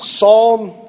Psalm